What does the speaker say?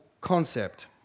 concept